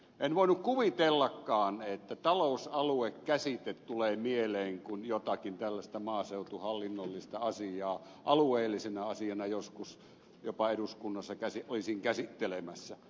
en voinut kuvitellakaan että talousalue käsite tulee mieleen kun jotakin tällaista maaseutuhallinnollista asiaa alueellisena asiana joskus jopa eduskunnassa olisin käsittelemässä